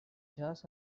jaws